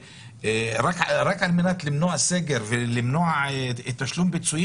רק על מנת למנוע סגר ולמנוע תשלום פיצויים